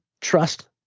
trust